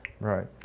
Right